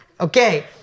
okay